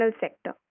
sector